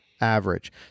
average